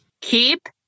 Keep